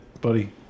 buddy